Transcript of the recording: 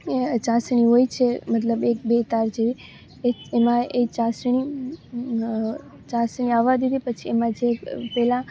એ ચાસણી હોય છે મતલબ એક બે તાર જેવી એક એમાં એ ચાસણી ચાસણી આવવાં દીધી પછી એમાં જે પહેલાં